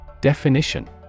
Definition